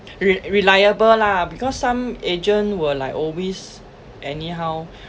re~ reliable lah because some agent will like always anyhow